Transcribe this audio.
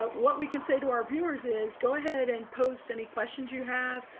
but what we can say to our viewers is go ahead and post any questions you have,